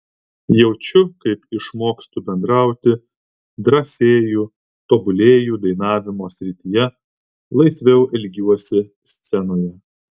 jaučiu kaip išmokstu bendrauti drąsėju tobulėju dainavimo srityje laisviau elgiuosi scenoje